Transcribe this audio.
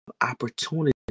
opportunity